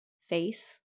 face